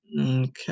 Okay